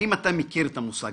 האם אתה מכיר את המושג?